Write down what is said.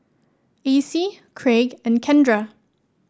Acie Kraig and Kendra